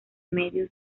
medios